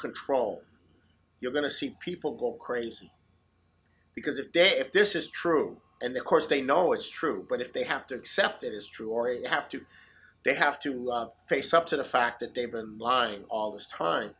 control you're going to see people go crazy because if they if this is true and the course they know it's true but if they have to accept it is true henri have to they have to face up to the fact that they've been lying all this time